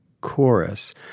chorus